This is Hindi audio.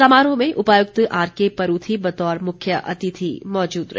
समारोह में उपायुक्त आरके परूथी बतौर मुख्य अतिथि मौजूद रहे